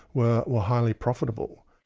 were were highly profitable.